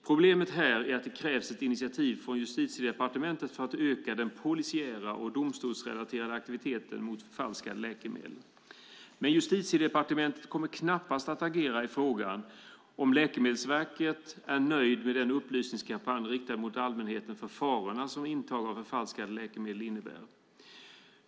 Problemet här är att det krävs ett initiativ från Justitiedepartementet för att öka den polisiära och domstolsrelaterade aktiviteten mot förfalskade läkemedel. Men Justitiedepartementet kommer knappast att agera i frågan om Läkemedelsverket är nöjt med den upplysningskampanj riktad till allmänheten om farorna som intag av förfalskade läkemedel innebär.